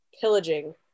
pillaging